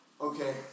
Okay